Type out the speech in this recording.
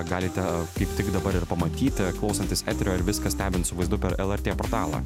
galite kaip tik dabar ir pamatyti klausantis eterio ir viską stebint su vaizdu per lrt portalą